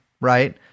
right